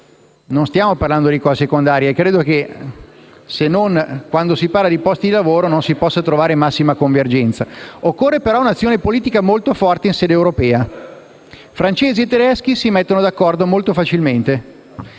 Non stiamo parlando quindi di qualcosa di secondario; credo infatti che quando si parla di posti di lavoro non si possa che trovare massima convergenza. Occorre però un'azione politica molto forte in sede europea. Francesi e tedeschi si mettono d'accordo molto facilmente.